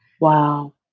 Wow